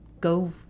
Go